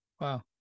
Wow